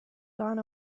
gone